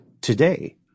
today